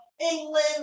England